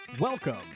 Welcome